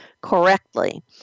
correctly